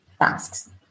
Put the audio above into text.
tasks